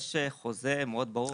יש חוזה מאוד ברור.